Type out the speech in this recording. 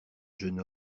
jeune